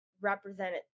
represented